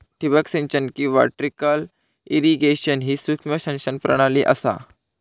ठिबक सिंचन किंवा ट्रिकल इरिगेशन ही सूक्ष्म सिंचन प्रणाली असा